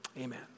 Amen